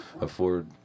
afford